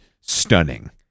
stunning